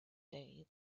day